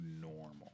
normal